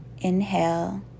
Inhale